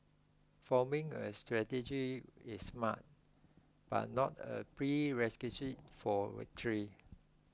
forming a strategy is smart but not a prerequisite for victory